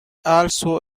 also